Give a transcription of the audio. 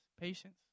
patience